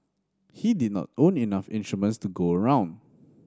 he did not own enough instruments to go around